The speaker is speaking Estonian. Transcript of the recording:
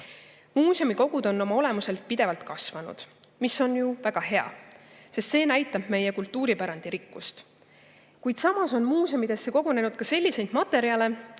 Muuseumikogud on oma olemuselt pidevalt kasvanud, mis on ju väga hea, sest see näitab meie kultuuripärandi rikkust. Kuid samas on muuseumidesse kogunenud ka selliseid materjale,